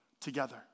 together